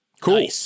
Cool